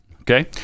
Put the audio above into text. Okay